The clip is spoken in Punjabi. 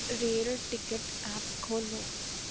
ਰੇਲ ਟਿਕਟ ਐਪ ਖੋਲ੍ਹੋ